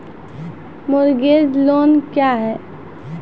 Mortgage loan क्या है?